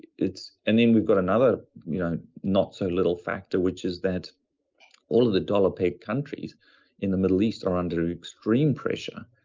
and then we've got another you know not so little factor, which is that all of the dollar paid countries in the middle east are under extreme pressure.